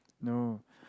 no